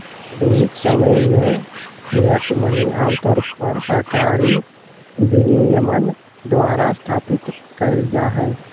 आधुनिक समय में फिएट मनी आमतौर पर सरकारी विनियमन द्वारा स्थापित कइल जा हइ